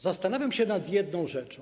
Zastanawiam się nad jedną rzeczą.